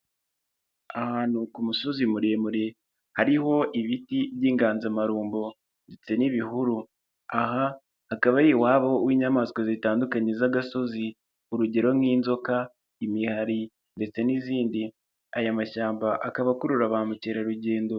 Ahantu ku musozi muremure hariho ibiti by'inganzamarumbo ndetse n'ibihuru, aha hakaba ari iwabo w'inyamaswa zitandukanye z'agasozi, urugero nk'inzoka, imihari ndetse n'izindi, aya mashyamba akaba akurura ba mukerarugendo.